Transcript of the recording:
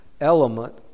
element